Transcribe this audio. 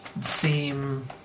seem